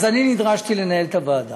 אני נדרשתי לנהל את הוועדה.